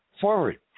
forward